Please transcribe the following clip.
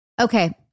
Okay